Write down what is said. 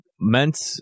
meant